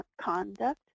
conduct